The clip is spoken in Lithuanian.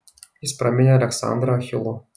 jis praminė aleksandrą achilu